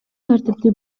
тартипти